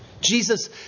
Jesus